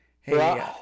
Hey